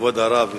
כבוד הרב,